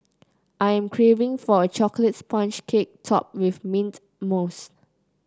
I am craving for a chocolate sponge cake topped with mint mousse